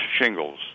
shingles